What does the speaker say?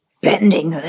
bending